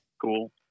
Cool